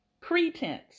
pretense